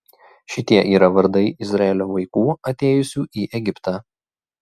šitie yra vardai izraelio vaikų atėjusių į egiptą